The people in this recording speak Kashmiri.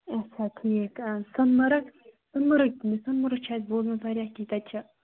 اچھا ٹھیٖک سۄن مَرگ سۄن مَرٕگ چھا مَرٕگ چھُ اسہِ بوٗزمُت واریاہ کیٚنٛہہ تَتہِ چھُ